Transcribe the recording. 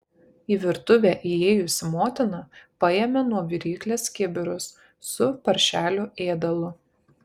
į virtuvę įėjusi motina paėmė nuo viryklės kibirus su paršelių ėdalu